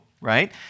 right